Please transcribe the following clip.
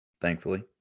thankfully